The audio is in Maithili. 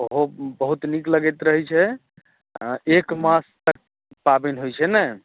हॅं बहुत नीक लगैत रहै छै एक मास तक पाबनि होइ छै ने